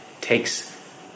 takes